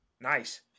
Nice